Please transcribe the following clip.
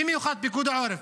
במיוחד פיקוד העורף: